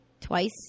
twice